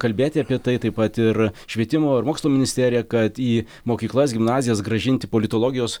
kalbėti apie tai taip pat ir švietimo ir mokslo ministerija kad į mokyklas gimnazijas grąžinti politologijos